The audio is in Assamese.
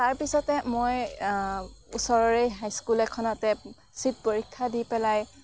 তাৰপিছতে মই ওচৰৰে হাইস্কুল এখনতে চিট পৰীক্ষা দি পেলাই